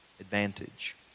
advantage